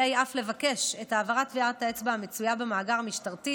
אף לבקש את העברת טביעת האצבע המצויה במאגר המשטרתי